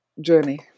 journey